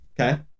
okay